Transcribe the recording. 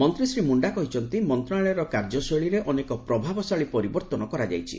ମନ୍ତ୍ରୀ ଶ୍ରୀ ମୁଣ୍ଡା କହିଛନ୍ତି ମନ୍ତ୍ରଣାଳୟର କାର୍ଯ୍ୟଶୈଳୀରେ ଅନେକ ପ୍ରଭାବଶାଳୀ ପରିବର୍ତ୍ତନ କରାଯାଇଛି